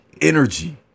energy